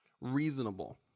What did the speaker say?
reasonable